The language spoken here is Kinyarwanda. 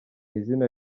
izina